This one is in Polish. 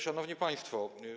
Szanowni Państwo!